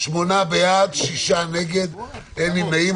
שמונה בעד, שישה נגד, אין נמנעים.